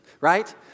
right